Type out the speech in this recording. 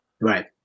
Right